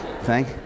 Thank